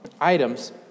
items